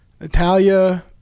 Natalia